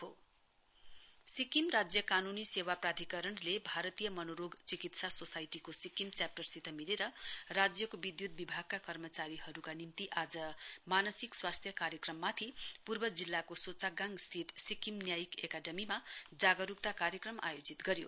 SSLSA sensitisation programme Sikkim राज्य कानूनी सेवा प्राधिकरणले भारतीय मनोरोग चिकित्सा सोसाइटीको सिक्किम च्याप्टरसित मिलेर राज्यको विद्युत विभागका कर्माचारीहरूका निम्ति आज मानसिक स्वास्थ्य कार्यक्रममाथि पूर्व जिल्लाको सोचाकगाङ स्थित सिक्किम न्यायिक एकाडमीमा जागरूकता कार्यक्रम आयोजित गर्यो